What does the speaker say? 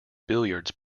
billiards